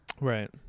Right